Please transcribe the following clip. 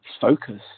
focus